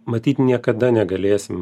matyt niekada negalėsim